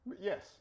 Yes